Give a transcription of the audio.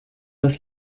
das